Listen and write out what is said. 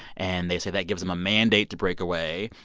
and they say that gives them a mandate to break away.